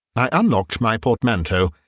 i unlocked my portmanteau.